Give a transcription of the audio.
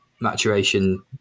maturation